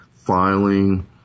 filing